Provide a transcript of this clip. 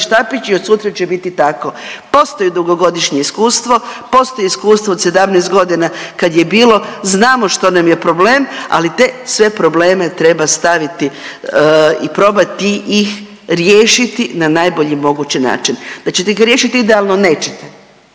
štapić i od sutra će biti tako. Postoji dugogodišnje iskustvo, postoji iskustvo od 17 godina kad je bilo, znamo što nam je problem, ali te sve probleme treba staviti i probati ih riješiti na najbolji mogući način. Da ćete ih riješiti idealno nećete.